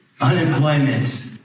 Unemployment